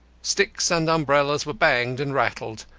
sticks and umbrellas were banged and rattled,